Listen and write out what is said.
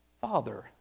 Father